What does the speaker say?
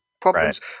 problems